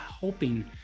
hoping